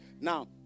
Now